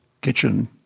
kitchen